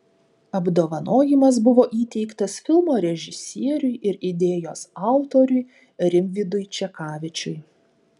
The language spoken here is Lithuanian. apdovanojimas buvo įteiktas filmo režisieriui ir idėjos autoriui rimvydui čekavičiui